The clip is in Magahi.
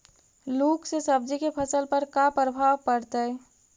लुक से सब्जी के फसल पर का परभाव पड़तै?